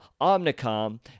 Omnicom